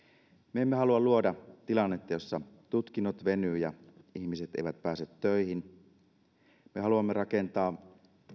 me emme halua luoda tilannetta jossa tutkinnot venyvät ja ihmiset eivät pääse töihin me haluamme rakentaa